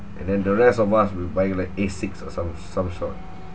and then the rest of us we're buying like asics or some some sort